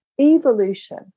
evolution